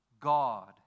God